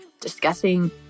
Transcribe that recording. discussing